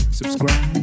subscribe